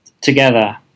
together